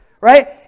right